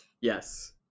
Yes